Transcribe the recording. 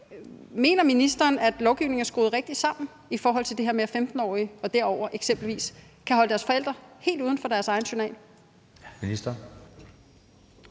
Mener ministeren, at lovgivningen er skruet rigtigt sammen i forhold til det her med, at 15-årige og derover eksempelvis kan holde deres forældre helt uden for deres egen journal?